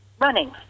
running